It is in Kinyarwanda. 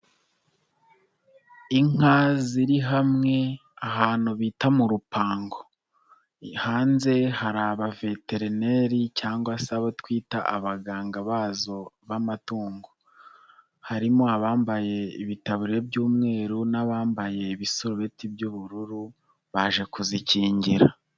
Inka ziri hamwe ahantu bita mu rupango. Hanze hari abaveterineri cyangwa se abo twita abaganga bazo b'amatungo. Harimo abambaye ibitaburiya by'umweru n'abambaye ibisarubeti by'ubururu, baje kuzikingira.